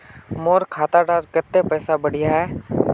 मोर खाता डात कत्ते पैसा बढ़ियाहा?